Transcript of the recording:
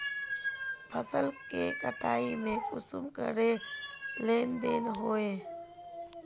फसल के कटाई में कुंसम करे लेन देन होए?